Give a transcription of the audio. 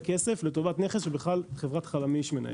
כסף לטובת נכס שבכלל חברת חלמיש מנהלת.